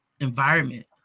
environment